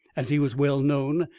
as he was well known,